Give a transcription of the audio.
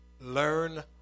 Learn